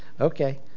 Okay